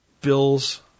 Bill's